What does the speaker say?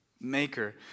Maker